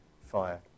fire